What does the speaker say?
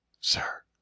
Sir